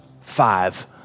five